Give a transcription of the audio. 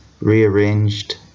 rearranged